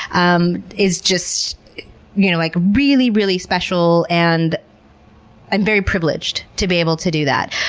um is just you know like really, really special. and i'm very privileged to be able to do that,